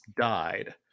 died